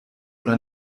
oder